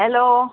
hello